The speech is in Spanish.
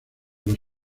los